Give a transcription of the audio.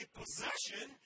possession